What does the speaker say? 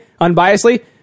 unbiasedly